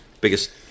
Biggest